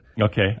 Okay